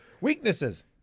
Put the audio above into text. Weaknesses